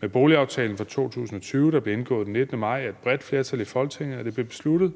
Med boligaftalen for 2020, der blev indgået den 19. maj af et bredt flertal i Folketinget, er det blevet besluttet